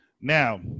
Now